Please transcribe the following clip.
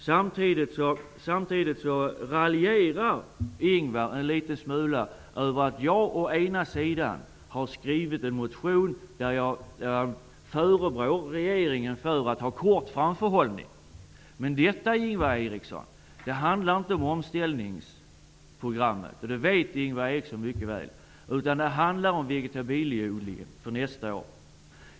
Samtidigt raljerar Ingvar Eriksson en smula över att jag har väckt en motion där jag förebrår regeringen för att ha kort framförhållning. Men detta, Ingvar Eriksson, handlar inte om omställningsprogrammet. Det vet Ingvar Eriksson mycket väl. Det handlar om vegetabilieodlingen för nästa år.